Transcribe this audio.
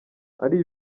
ari